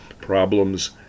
problems